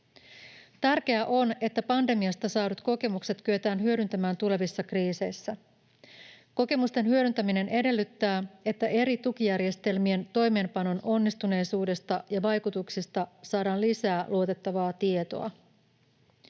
Tärkeää on, että pandemiasta saadut kokemukset kyetään hyödyntämään tulevissa kriiseissä. Kokemusten hyödyntäminen edellyttää, että eri tukijärjestelmien toimeenpanon onnistuneisuudesta ja vaikutuksista saadaan lisää luotettavaa tietoa.